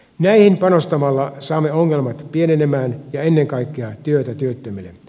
näihin panostamalla saamme ongelmat pienenemään ja ennen kaikkea työtä työttömille